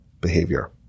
behavior